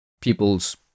people's